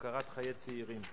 הפקרת חיי צעירים.